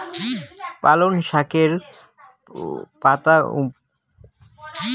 পালঙ শাকের গোড়ের পাতাগুলা ডাঙর হই আর আগালের পাতাগুলা ক্ষুদিরী হয়